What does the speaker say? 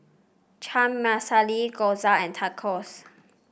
Chana Masala Gyoza and Tacos